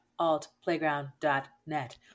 altplayground.net